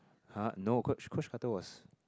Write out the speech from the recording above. har no coach Coach-Carter was